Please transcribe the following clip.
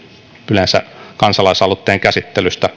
yleensä kansalaisaloitteiden käsittelystä